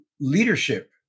leadership